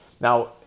Now